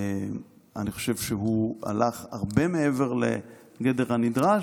אני חושב שהוא הלך הרבה מעבר לגדר הנדרש,